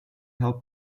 help